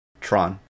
Tron